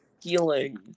healing